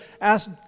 asked